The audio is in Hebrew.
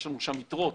יש לנו שם יתרות,